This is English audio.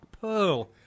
Pearl